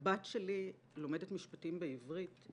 הבת שלי לומדת משפטים באוניברסיטה העברית,